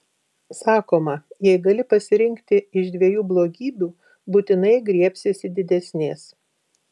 sakoma jei gali pasirinkti iš dviejų blogybių būtinai griebsiesi didesnės